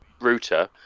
router